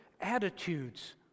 attitudes